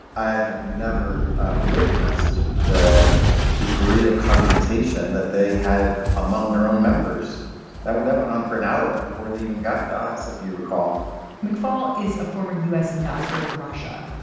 i have never witnessed the degree of confrontation that they had among their own members that would that went on for an hour before they even got to us. if you recall mcfaul is a former u s. ambassador to russia.